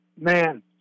man